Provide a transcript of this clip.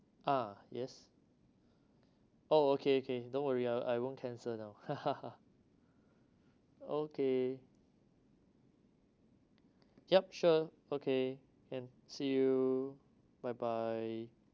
ah yes oh okay okay don't worry I I won't cancel now okay yup sure okay can see you bye bye